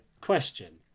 Question